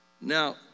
Now